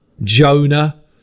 jonah